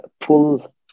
pull